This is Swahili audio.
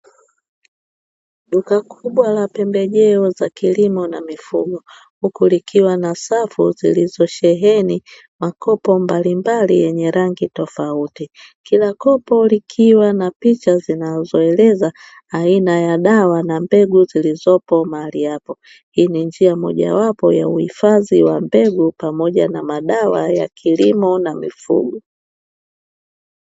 Duka kubwa la pembejeo za kilimo na mifugo, huku likiwa na safu zilizosheheni makopo mbalimbali yenye rangi tofauti. Kila kopo likiwa na picha zinazoeleza aina ya dawa na mbegu zilizopo mahali hapo. Hii ni njia mojawapo ya uhifadhi wa mbegu pamoja na madawa ya kilimo na mifugo.